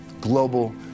global